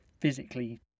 physically